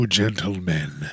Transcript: gentlemen